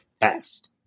fast